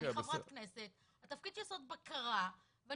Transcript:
אני חברת כנסת והתפקיד שלי הוא לעשות בקרה ואני